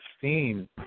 seen